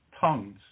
tongues